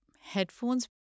headphones